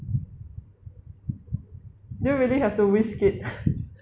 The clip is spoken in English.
do you really have to whisk it